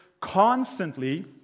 constantly